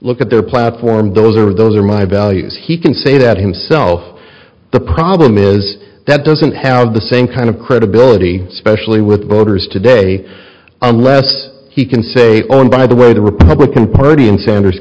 look at their platform those are those are my values he can say that himself the problem is that doesn't have the same kind of credibility especially with voters today unless he can say oh and by the way the republican party and sanders